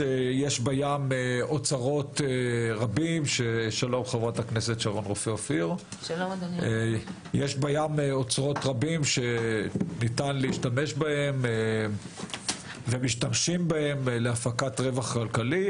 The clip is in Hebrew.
יש בים אוצרות רבים שניתן להשתמש בהם ומשתמשים בהם להפקת רווח כלכלי.